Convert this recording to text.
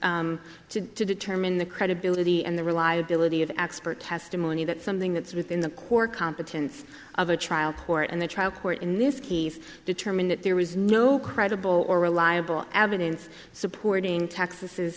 competent to determine the credibility and the reliability of expert testimony that something that's within the core competence of a trial port and the trial court in this case determined that there was no credible or reliable evidence supporting texas's